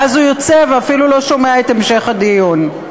ואז הוא יוצא ואפילו לא שומע את המשך הדיון.